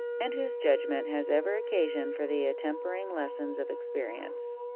and whose judgment has ever occasion for the attempering lessons of experience.